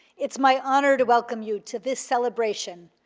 it's my honor to welcome you to this celebration,